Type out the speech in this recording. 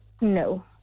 No